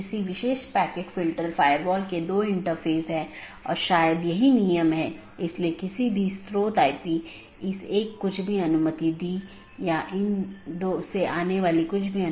क्योंकि प्राप्त करने वाला स्पीकर मान लेता है कि पूर्ण जाली IBGP सत्र स्थापित हो चुका है यह अन्य BGP साथियों के लिए अपडेट का प्रचार नहीं करता है